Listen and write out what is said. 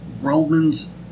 Romans